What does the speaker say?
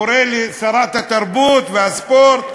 קורא לשרת התרבות והספורט,